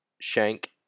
Shank